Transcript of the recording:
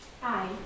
Hi